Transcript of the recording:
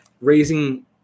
raising